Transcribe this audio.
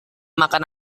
makan